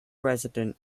resident